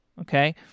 Okay